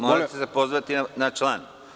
Morate se pozvati na član.